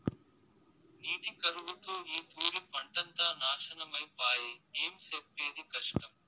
నీటి కరువుతో ఈ తూరి పంటంతా నాశనమై పాయె, ఏం సెప్పేది కష్టం